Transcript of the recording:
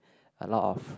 a lot of